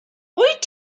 wyt